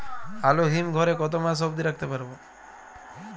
আলু হিম ঘরে কতো মাস অব্দি রাখতে পারবো?